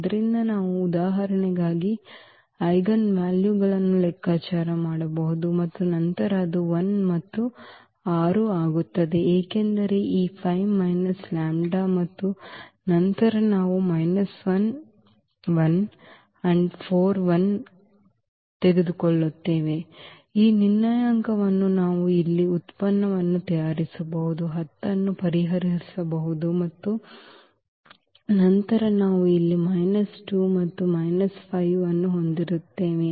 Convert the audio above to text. ಆದ್ದರಿಂದ ನಾವು ಈ ಉದಾಹರಣೆಗಾಗಿ ಐಜೆನ್ ವ್ಯಾಲ್ಯೂಗಳನ್ನು ಲೆಕ್ಕಾಚಾರ ಮಾಡಬಹುದು ಮತ್ತು ನಂತರ ಅದು 1 ಮತ್ತು 6 ಆಗುತ್ತದೆ ಏಕೆಂದರೆ ಈ 5 ಮೈನಸ್ ಲ್ಯಾಂಬ್ಡಾ ಮತ್ತು ನಂತರ ನಾವು ಈ ನಿರ್ಣಾಯಕವನ್ನು ನಾವು ಇಲ್ಲಿ ಈ ಉತ್ಪನ್ನವನ್ನು ತಯಾರಿಸಬಹುದು 10 ಅನ್ನು ಪರಿಹರಿಸಬೇಕು ಮತ್ತು ನಂತರ ನಾವು ಇಲ್ಲಿ ಮೈನಸ್ 2 ಮತ್ತು ಮೈನಸ್ 5 ಅನ್ನು ಹೊಂದಿರುತ್ತೇವೆ